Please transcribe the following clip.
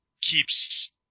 keeps